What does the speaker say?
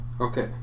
Okay